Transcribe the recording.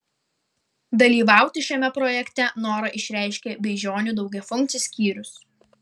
dalyvauti šiame projekte norą išreiškė beižionių daugiafunkcis skyrius